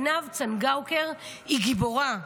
עינב צנגאוקר היא גיבורה.